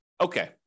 okay